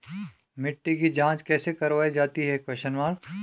मिट्टी की जाँच कैसे करवायी जाती है?